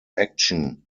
action